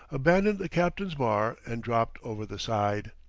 abandoned the capstan-bar and dropped over the side.